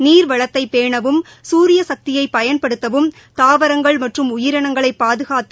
நீழ்வளத்தை பேணவும் சூரியசக்தியை பயன்படுத்தவும் தாவரங்கள் மற்றும் உயிரினங்களை பாதுகாத்து